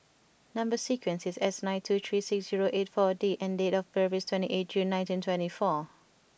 number sequence is S nine two three six zero eight four D and date of birth is twenty eight June nineteen twenty four